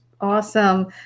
Awesome